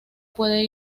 puede